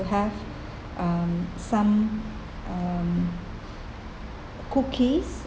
have um some um cookies